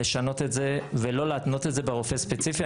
לשנות את זה ולא להתנות את זה ברופא ספציפי.